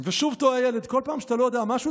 ושוב תוהה הילד: כל פעם שאתה לא יודע משהו,